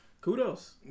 kudos